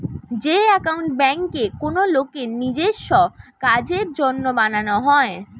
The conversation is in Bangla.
যে একাউন্ট বেঙ্কে কোনো লোকের নিজেস্য কাজের জন্য বানানো হয়